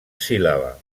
síl·laba